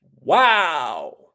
Wow